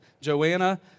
Joanna